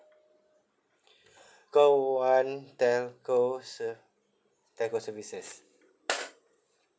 call one telco serv~ telco services